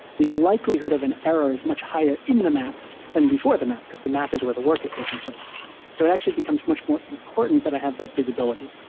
the likelihood of an error is much higher in the map and before the map, because the map is where the work is taking so actually becomes much more important that i have that visibility.